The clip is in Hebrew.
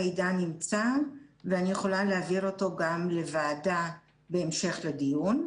המידע נמצא ואני יכולה להעביר אותו גם לוועדה בהמשך הדיון.